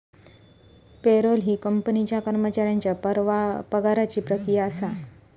payroll ही कंपनीच्या कर्मचाऱ्यांच्या पगाराची प्रक्रिया असा